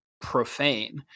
profane